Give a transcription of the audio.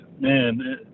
man